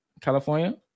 California